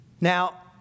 Now